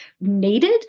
needed